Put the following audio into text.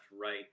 right